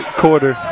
quarter